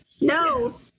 No